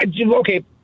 Okay